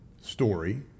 story